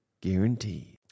guaranteed